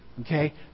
Okay